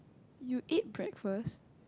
you ate breakfast